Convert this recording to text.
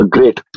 Great